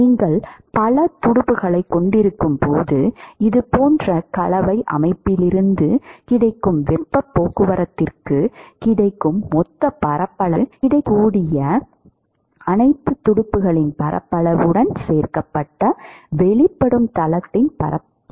நீங்கள் பல துடுப்புகளைக் கொண்டிருக்கும் போது இது போன்ற கலவை அமைப்பிலிருந்து கிடைக்கும் வெப்பப் போக்குவரத்திற்குக் கிடைக்கும் மொத்தப் பரப்பளவு கிடைக்கக்கூடிய அனைத்து துடுப்புகளின் பரப்பளவு உடன் சேர்க்கப்பட்டு வெளிப்படும் தளத்தின் பரப்பளவாக இருக்கும்